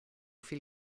viel